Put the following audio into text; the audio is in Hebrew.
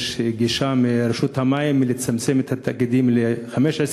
יש גישה של רשות המים לצמצם את מספר התאגידים ל-15,